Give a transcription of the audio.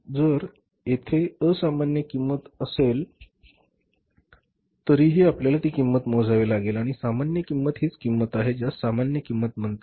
तर जर तेथे असामान्य किंमत असेल तरीही आपल्याला ती किंमत मोजावी लागेल आणि सामान्य किंमत हीच किंमत आहे ज्यास सामान्य किंमत म्हणतात